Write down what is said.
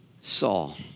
Saul